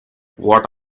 what